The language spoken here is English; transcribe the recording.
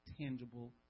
tangible